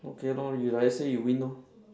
okay lor you like that say you win lor